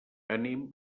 anem